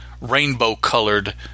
rainbow-colored